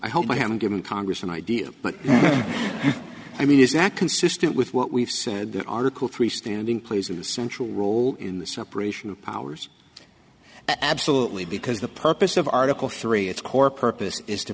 i hope i haven't given congress an idea but i mean is that consistent with what we've said that article three standing plays a central role in the separation of powers absolutely because the purpose of article three its core purpose is to